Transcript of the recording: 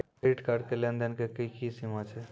Credit card के लेन देन के की सीमा छै?